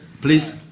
Please